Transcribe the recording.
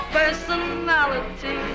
personality